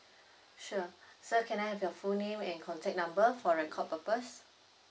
sure sir can I have your full name and contact number for record purpose